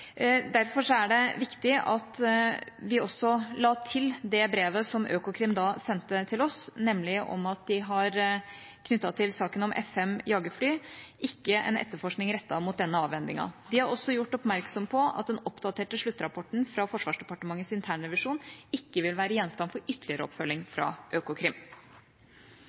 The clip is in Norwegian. Derfor er det viktig at vi også la til det brevet som Økokrim da sendte til oss, nemlig om at de knyttet til saken om F-5-jagerfly ikke har en etterforskning rettet mot denne avhendingen. De har også gjort oppmerksom på at den oppdaterte sluttrapporten fra Forsvarsdepartementets internrevisjon ikke vil være gjenstand for ytterligere oppfølging fra Økokrim.